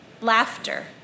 laughter